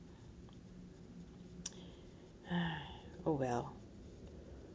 !hais! oh well